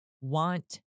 want